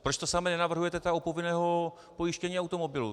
Proč to samé nenavrhujete tedy u povinného pojištění automobilu.